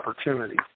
opportunities